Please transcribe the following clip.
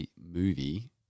movie